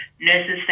Nurses